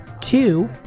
two